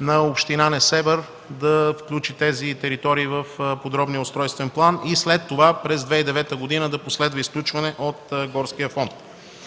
на община Несебър да включи тези територии в Подробния устройствен план и след това през 2009 г. да последва изключване от горския фонд.